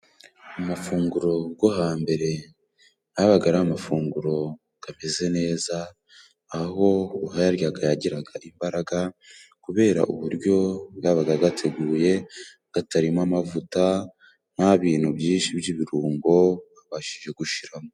Amafunguro go hambere， gabaga ari amafunguro kameze neza， aho uwayaryaga yagiraga imbaraga， kubera uburyo gabaga gateguye， katarimo amavuta， nta bintu byinshi by'ibirungo babashije gushiramo.